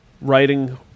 writing